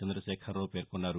చందశేఖరరావు పేర్కొన్నారు